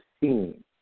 seeing